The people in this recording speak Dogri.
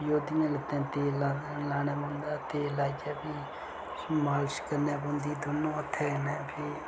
फ्ही ओह्दियें लत्तें तेल लाना लाने पौंदा तेल लाइयै फ्ही मालश करने पौंदी दौनें हत्थें कन्नै फ्ही